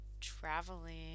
traveling